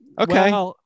okay